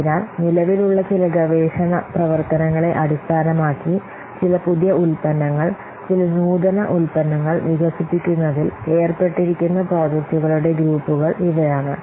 അതിനാൽ നിലവിലുള്ള ചില ഗവേഷണ പ്രവർത്തനങ്ങളെ അടിസ്ഥാനമാക്കി ചില പുതിയ ഉൽപ്പന്നങ്ങൾ ചില നൂതന ഉൽപ്പന്നങ്ങൾ വികസിപ്പിക്കുന്നതിൽ ഏർപ്പെട്ടിരിക്കുന്ന പ്രോജക്റ്റുകളുടെ ഗ്രൂപ്പുകൾ ഇവയാണ്